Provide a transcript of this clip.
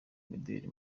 imideri